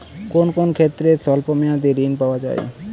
কোন কোন ক্ষেত্রে স্বল্প মেয়াদি ঋণ পাওয়া যায়?